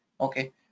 Okay